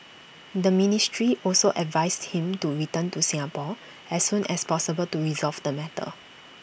the ministry also advised him to return to Singapore as soon as possible to resolve the matter